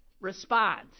response